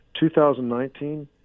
2019